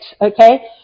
okay